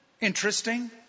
interesting